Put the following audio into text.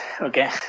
okay